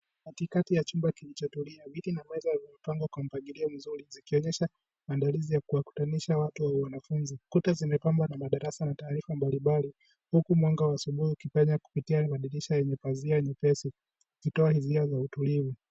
Katikati ya chumba kilichotulia viti na meza vimepangwa kwa mpangilio mzuri zikionyesha maandalizi ya kuwakutanisha watu au wanafunzi. Kuta zimepambwa na madarasa na taarifa mbalimbali, huku mwanga wa asubuhi ukipenya kupitia madirisha yenye pazia nyepesi, kutoa hisia za utulivu.